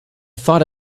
thought